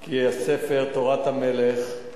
כי הספר "תורת המלך"